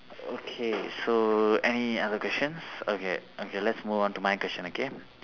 okay so any other questions okay okay let's move on to my question okay